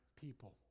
people